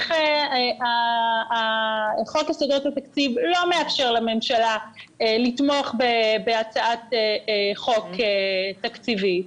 חוק יסודות התקציב לא מאשר לממשלה לתמוך בהצעת חוק תקציבית,